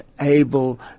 able